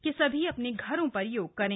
कि सभी अपने घरों में योग करें